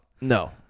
No